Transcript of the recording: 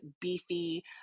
beefy